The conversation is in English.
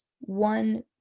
one